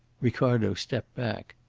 ricardo stepped back.